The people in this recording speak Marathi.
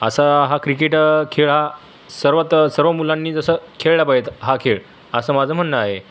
असा हा क्रिकेट हा खेळ हा सर्वत सर्व मुलांनी जसं खेळला पाहिजे हा खेळ असं माझं म्हणणं आहे